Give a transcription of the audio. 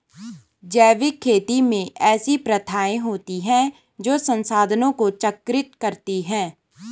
जैविक खेती में ऐसी प्रथाएँ होती हैं जो संसाधनों को चक्रित करती हैं